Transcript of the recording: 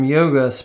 Yoga